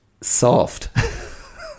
soft